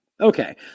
Okay